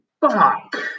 Fuck